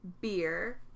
Beer